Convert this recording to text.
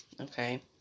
okay